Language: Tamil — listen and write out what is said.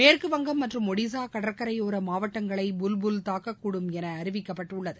மேற்கு வங்கம் மற்றும் ஒடிசாகடற்கரையோரமாவட்டங்களை புல்புல் தாக்கக்கூடும் எனஅறிவிக்கப்பட்டுள்ளது